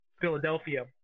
Philadelphia